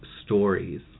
stories